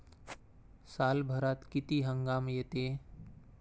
सालभरात किती हंगाम येते?